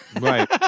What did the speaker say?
Right